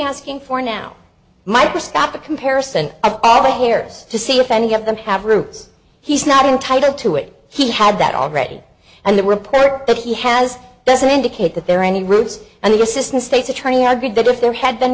asking for now microscopic comparison of all the hairs to see if any of them have roots he's not entitled to it he had that already and the report that he has doesn't indicate that there are any roots on the assistant state's attorney argued that if there had been